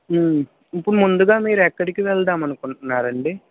ఇప్పుడు ముందుగా మీరు ఎక్కడికి వెళదాం అనుకుంటున్నారండి